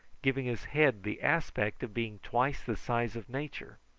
giving his head the aspect of being twice the size of nature.